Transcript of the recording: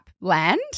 land